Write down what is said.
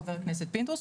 חבר הכנסת פינדרוס,